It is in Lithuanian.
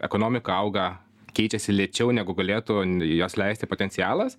ekonomika auga keičiasi lėčiau negu galėtų jos leisti potencialas